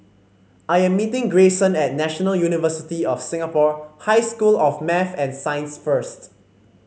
I am meeting Greyson at National University of Singapore High School of Math and Science first